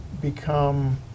become